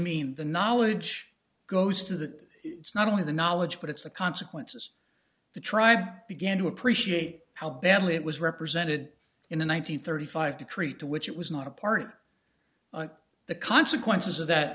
mean the knowledge goes to that it's not only the knowledge but it's the consequences the tribe began to appreciate how badly it was represented in the one nine hundred thirty five to treat to which it was not a part the consequences of that